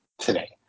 Today